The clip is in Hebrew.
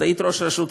את היית ראש רשות,